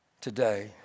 today